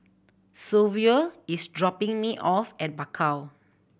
Silvio is dropping me off at Bakau